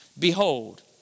Behold